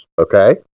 okay